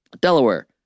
Delaware